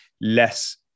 less